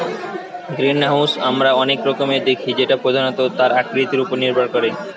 greenhouse আমরা অনেক রকমের দেখি যেটা প্রধানত তার আকৃতি উপর নির্ভর করে